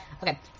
Okay